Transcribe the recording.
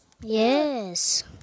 Yes